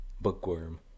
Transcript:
bookworm